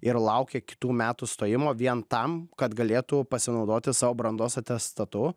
ir laukia kitų metų stojimo vien tam kad galėtų pasinaudoti savo brandos atestatu